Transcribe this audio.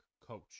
coach